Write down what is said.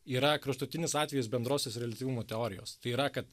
yra kraštutinis atvejis bendrosios reliatyvumo teorijos tai yra kad